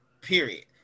period